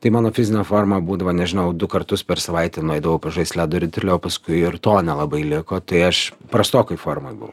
tai mano fizinė forma būdavo nežinau du kartus per savaitę nueidavau pažaist ledo ritulio o paskui ir to nelabai labai liko tai aš prastokoj formoj buvau